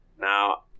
Now